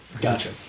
Gotcha